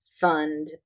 fund